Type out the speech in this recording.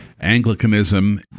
Anglicanism